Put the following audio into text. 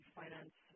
finance